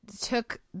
took